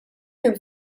minn